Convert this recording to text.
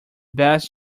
best